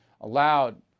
allowed